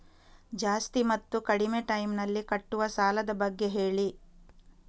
ಜಾಸ್ತಿ ಮತ್ತು ಕಡಿಮೆ ಟೈಮ್ ನಲ್ಲಿ ಕಟ್ಟುವ ಸಾಲದ ಬಗ್ಗೆ ಹೇಳಿ